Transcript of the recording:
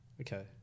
Okay